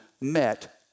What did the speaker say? met